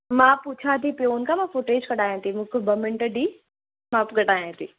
मां पुछां थी पिओन खां मां फुटेज कढायां थी मूंखे ॿ मिंट ॾिए मां पोइ ॿुधायां थी